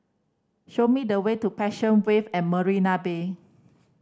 show me the way to Passion Wave at Marina Bay